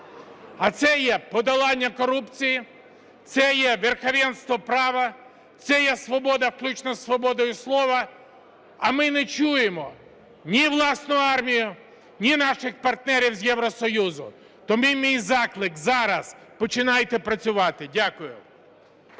А це є подолання корупції, це є верховенство права, це є свобода включно з свободою слова. А ми не чуємо ні власну армію, ні наших партнерів з Європейського Союзу. Тому мій заклик зараз – починайте працювати. Дякую.